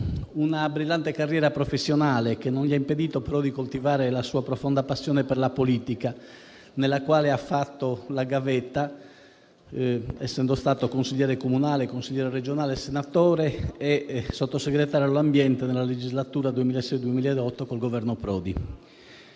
una brillante carriera professionale, che non gli ha impedito però di coltivare la sua profonda passione per la politica, nella quale ha fatto la gavetta, essendo stato consigliere comunale e regionale, senatore e Sottosegretario all'ambiente nella legislatura 2006-2008 col Governo Prodi.